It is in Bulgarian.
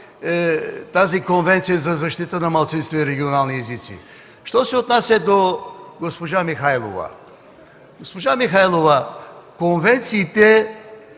тази Конвенция за защита на малцинствени и регионални езици. Що се отнася до госпожа Михайлова – госпожо Михайлова, в конвенциите